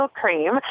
cream